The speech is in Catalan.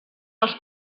els